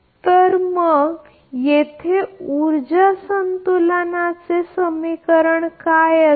तर हे तुमचे आहे मग येथे उर्जा संतुलनाचे समीकरण काय आहे